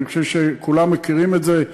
אני חושב שכולם מכירים את זה,